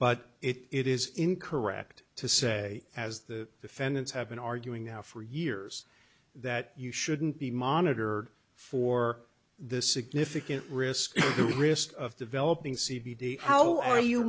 but it is incorrect to say as the defendants have been arguing now for years that you shouldn't be monitored for the significant risk the risk of developing c v d how are you